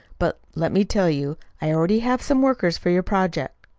but, let me tell you, i already have some workers for your project.